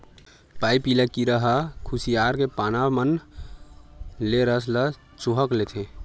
पाइपिला कीरा ह खुसियार के पाना मन ले रस ल चूंहक लेथे